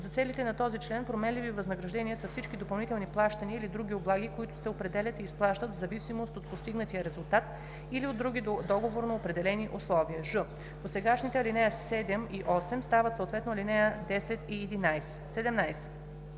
За целите на този член променливи възнаграждения са всички допълнителни плащания или други облаги, които се определят и изплащат в зависимост от постигнатия резултат или от други договорно определени условия.“; ж) досегашните ал. 7 и 8 стават съответно ал. 10 и 11.